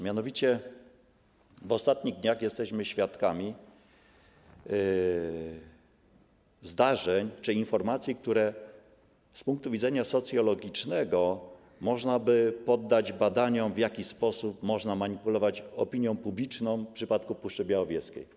Mianowicie w ostatnich dniach jesteśmy świadkami zdarzeń czy informacji, które z punktu widzenia socjologicznego można by poddać badaniom co do tego, w jaki sposób można manipulować opinią publiczną w przypadku Puszczy Białowieskiej.